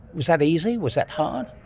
was that easy, was that hard?